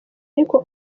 ariko